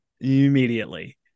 immediately